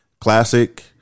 Classic